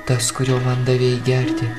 tas kurio man davei gerti